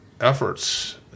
efforts